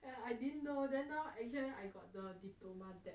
and I didn't know then now actually I got the diploma